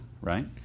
right